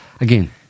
Again